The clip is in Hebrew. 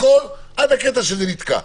הכול עד הקטע שזה נתקע.